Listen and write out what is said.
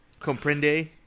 Comprende